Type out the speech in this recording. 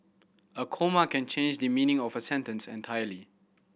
a comma can change the meaning of a sentence entirely